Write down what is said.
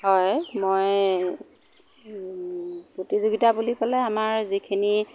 হয় মই প্ৰতিযোগিতা বুলি ক'লে আমাৰ যিখিনি